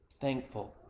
thankful